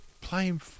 playing